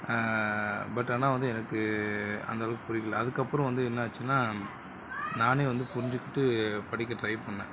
but ஆனால் வந்து எனக்கு அந்தளவுக்கு பிடிக்கல அதுக்கப்புறம் வந்து என்னாச்சினால் நானே வந்து புரிஞ்சிக்கிட்டு படிக்க ட்ரை பண்ணேன்